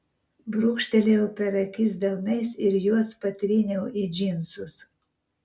brūkštelėjau per akis delnais ir juos patryniau į džinsus